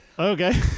Okay